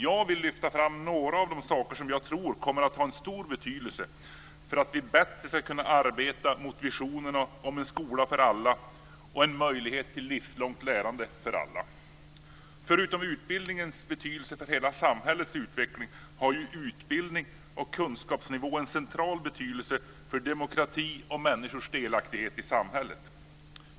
Jag vill lyfta fram några av de saker jag tror kommer att ha en stor betydelse för att vi bättre ska kunna arbeta mot visionerna om en skola för alla och en möjlighet till livslångt lärande för alla. Förutom utbildningens betydelse för hela samhällets utveckling har ju utbildning och kunskapsnivå en central betydelse för demokrati och människors delaktighet i samhället.